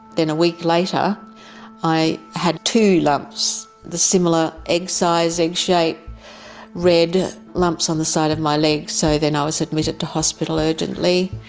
then a week later i had two lumps, the similar egg-size, egg-shaped red lumps on the side of my leg, so then i was admitted to hospital urgently.